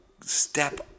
step